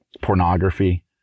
pornography